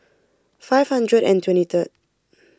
five hundred and twenty third